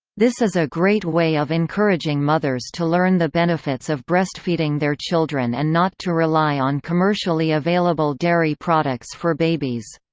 this is a great way of encouraging mothers to learn the benefits of breastfeeding their children and not to rely on commercially available dairy products for babies.